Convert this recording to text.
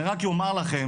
אני רק אומר לכם,